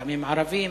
לפעמים על ערבים,